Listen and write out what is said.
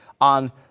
on